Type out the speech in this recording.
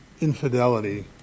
infidelity